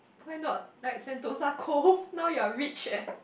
why not like Sentosa-Cove now you're rich eh